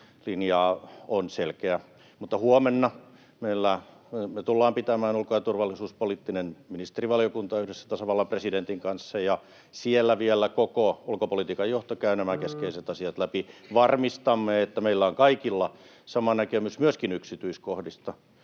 linja on selkeä. Mutta huomenna me tullaan pitämään ulko- ja turvallisuuspoliittinen ministerivaliokunta yhdessä tasavallan presidentin kanssa, ja siellä vielä koko ulkopolitiikan johto käy nämä keskeiset asiat läpi. Varmistamme, että meillä on kaikilla sama näkemys myöskin yksityiskohdista.